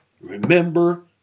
Remember